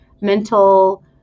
mental